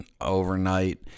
overnight